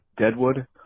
Deadwood